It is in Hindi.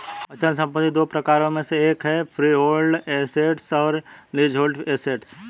अचल संपत्ति दो प्रकारों में से एक है फ्रीहोल्ड एसेट्स और लीजहोल्ड एसेट्स